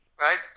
right